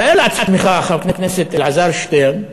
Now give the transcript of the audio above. תאר לך, חבר הכנסת אלעזר שטרן,